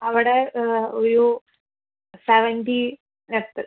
അവിടെ ഒരു സെവൻ്റി